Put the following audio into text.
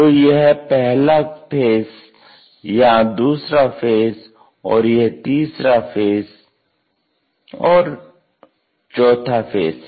तो यह पहला फेस यहां यह दूसरा फेस है और यह तीसरा और यह चौथा फेस है